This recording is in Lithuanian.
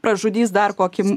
pražudys dar kokį